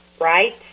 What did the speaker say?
right